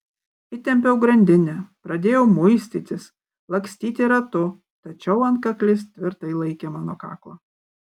įtempiau grandinę pradėjau muistytis lakstyti ratu tačiau antkaklis tvirtai laikė mano kaklą